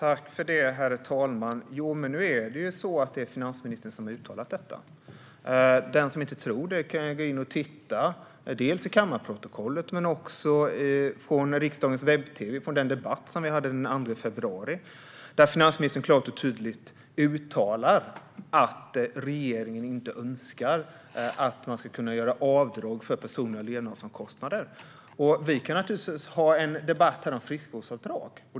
Herr talman! Jo, men nu är det så att det är finansministern som har uttalat detta. Den som inte tror det kan dels läsa i kammarprotokollet, dels titta på riksdagens webb-tv på den debatt som vi hade den 2 februari. Där uttalade finansministern klart och tydligt att regeringen inte önskar att man ska kunna göra avdrag för personliga levnadsomkostnader. Vi kan naturligtvis ha en debatt här om friskvårdsavdrag.